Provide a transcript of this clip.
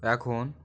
এখন